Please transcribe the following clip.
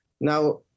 Now